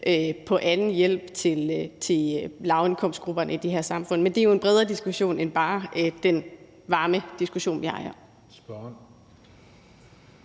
på anden hjælp til lavindkomstgrupperne i det her samfund. Men det er jo en bredere diskussion end bare den varmediskussion, vi har her.